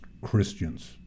Christians